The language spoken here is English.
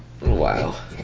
Wow